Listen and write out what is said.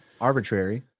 Arbitrary